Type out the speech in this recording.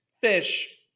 fish